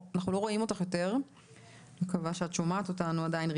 אנחנו לא רואים אותך יותר ואני מקווה שאת שומעת אותנו עדיין.